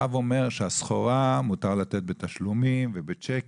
הרב אומר שאת הסחורה מותר לתת בתשלומים ובצ'קים,